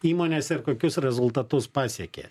įmonėse ir kokius rezultatus pasiekė